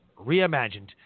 reimagined